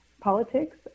politics